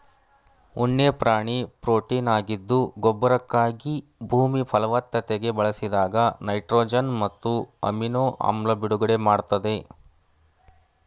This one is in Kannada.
ಉಣ್ಣೆ ಪ್ರಾಣಿ ಪ್ರೊಟೀನಾಗಿದ್ದು ಗೊಬ್ಬರಕ್ಕಾಗಿ ಭೂಮಿ ಫಲವತ್ತತೆಗೆ ಬಳಸಿದಾಗ ನೈಟ್ರೊಜನ್ ಮತ್ತು ಅಮಿನೊ ಆಮ್ಲ ಬಿಡುಗಡೆ ಮಾಡ್ತದೆ